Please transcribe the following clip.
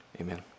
Amen